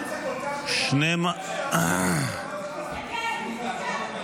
ההצעה להעביר את הצעת חוק לתיקון פקודת העיריות (השבת עודפי גבייה),